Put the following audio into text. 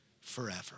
forever